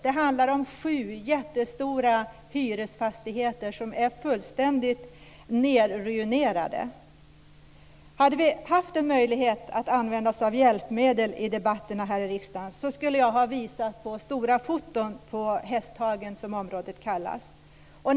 Det handlar om sju jättestora hyresfastigheter som är fullständigt ruinerade. Om det hade funnits möjlighet att använda sig av hjälpmedel i debatterna i riksdagen skulle jag ha visat stora foton på området Hästhagen.